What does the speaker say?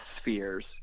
spheres